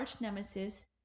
nemesis